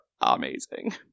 amazing